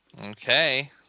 Okay